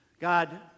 God